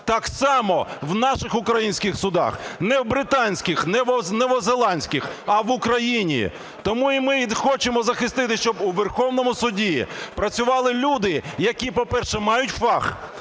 Так само в наших українських судах. Не в британських, не в новозеландських, а в Україні. Тому ми і хочемо захистити, щоб у Верховному Суді працювали люди, які, по-перше, мають фах;